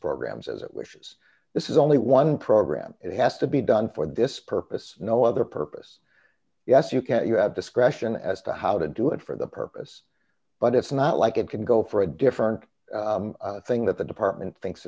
programs as it wishes this is only one program it has to be done for this purpose no other purpose yes you can't you have discretion as to how to do it for the purpose but it's not like it can go for a different thing that the department thinks